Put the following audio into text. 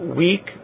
weak